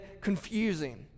confusing